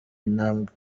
intambwe